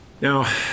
Now